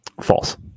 False